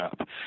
up